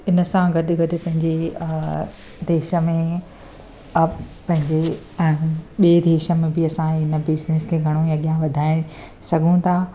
हिनसां गॾु गॾु पंहिंजे देश में अप पंहिंजे ॿिए देश में बि असां हिन बिज़नेस खे घणो ई अॻियां वधाए सघूं था